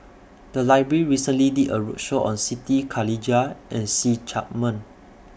The Library recently did A roadshow on Siti Khalijah and See Chak Mun